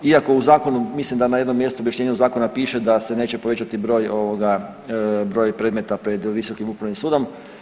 Iako u zakonu, mislim da na jednom mjestu u objašnjenju zakona piše da se neće povećati broj ovoga, broj predmeta pred Visokim upravnim sudom.